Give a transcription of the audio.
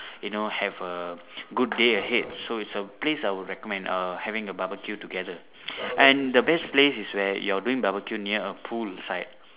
you know have a good day ahead so it's a place I would recommend err having a barbeque together and the best place is where you're doing barbeque near a poolside